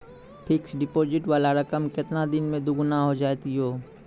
Fixed deposit वाला रकम केतना दिन मे दुगूना हो जाएत यो?